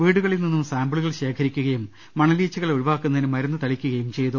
വീടുകളിൽനിന്നും സാമ്പിളുകൾ ശേഖരിക്കുകയും മണലീച്ചുകളെ ഒ ഴിവാക്കുന്നതിന് മരുന്നു തളിക്കുകയുംചെയ്തു